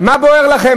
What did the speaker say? מה בוער לכם?